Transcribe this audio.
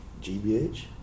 GBH